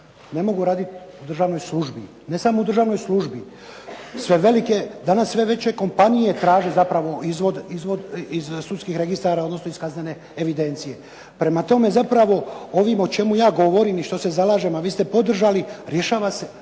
Ne mogu raditi u državnoj službi. Ne samo u državnoj službi, danas sve veće kompanije traže zapravo izvod iz sudskih registara, odnosno iz kaznene evidencije. Prema tome, zapravo ovim o čemu ja govorim, a vi ste podržali, rješava se